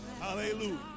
Hallelujah